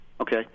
Okay